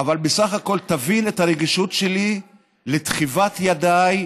אבל בסך הכול תבין את הרגישות שלי לתחיבת ידיי